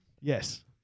Yes